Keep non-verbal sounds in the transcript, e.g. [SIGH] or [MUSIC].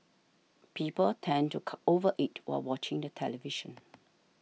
people tend to [UNINTELLIGIBLE] over eat while watching the television